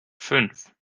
fünf